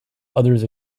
others